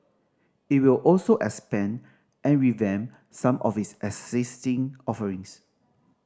it will also expand and revamp some of its existing offerings